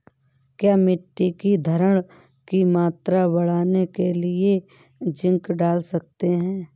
क्या मिट्टी की धरण की मात्रा बढ़ाने के लिए जिंक डाल सकता हूँ?